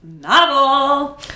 novel